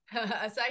Aside